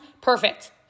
perfect